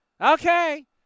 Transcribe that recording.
Okay